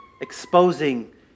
exposing